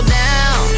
down